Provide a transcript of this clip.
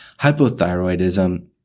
Hypothyroidism